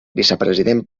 vicepresident